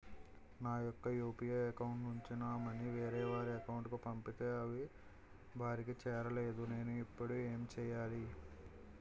నా యెక్క UPI account నుంచి నా మనీ వేరే వారి అకౌంట్ కు పంపితే అవి వారికి చేరలేదు నేను ఇప్పుడు ఎమ్ చేయాలి?